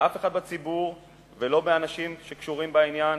ואף אחד בציבור או מהאנשים שקשורים בעניין,